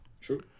True